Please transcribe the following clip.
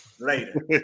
later